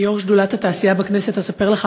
כיו"ר שדולת התעשייה בכנסת אספר לך,